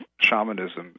shamanism